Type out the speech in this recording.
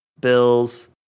Bills